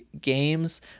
games